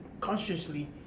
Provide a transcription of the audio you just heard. consciously